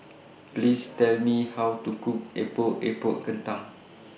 Please Tell Me How to Cook Epok Epok Kentang